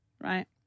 Right